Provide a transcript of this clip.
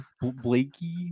Blakey